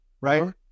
Right